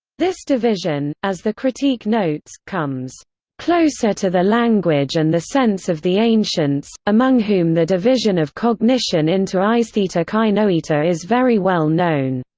this division, as the critique notes, comes closer to the language and the sense of the ancients, among whom the division of cognition into aistheta kai noeta is very well known.